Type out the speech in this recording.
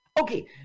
Okay